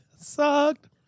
Sucked